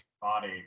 Body